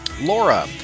Laura